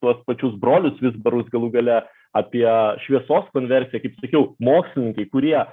tuos pačius brolius vizbarus galų gale apie šviesos konversiją kaip ir sakiau mokslininkai kurie